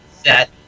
Set